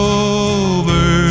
over